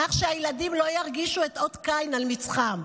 כך שהילדים לא ירגישו אות קין על מצחם.